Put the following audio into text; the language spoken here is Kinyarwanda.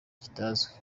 kitazwi